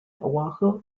oahu